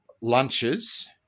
lunches